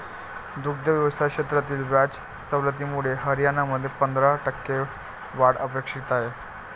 दुग्ध व्यवसाय क्षेत्रातील व्याज सवलतीमुळे हरियाणामध्ये पंधरा टक्के वाढ अपेक्षित आहे